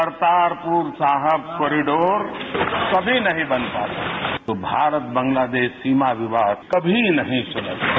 Kartarpur Sahib corridor कभी नहीं बन पाता तो भारत बांग्लादेश सीमा विवाद कभी नहीं सुलझता